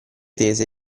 tese